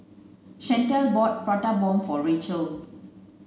Chantal bought prata bomb for Rachelle